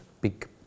big